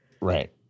Right